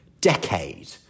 decade